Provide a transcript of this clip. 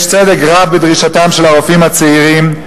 יש צדק רב בדרישתם של הרופאים הצעירים,